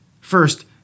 First